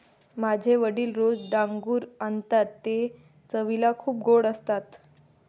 माझे वडील रोज डांगरू आणतात ते चवीला खूप गोड असतात